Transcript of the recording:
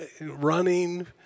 running